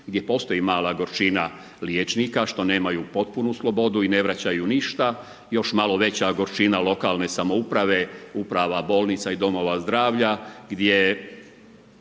gdje postoji mala gorčina liječnika što nemaju potpunu slobodu i ne vraćaju ništa, još malo veća gorčina lokalne samouprave, uprava bolnica i domova zdravlja gdje